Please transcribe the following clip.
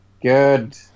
Good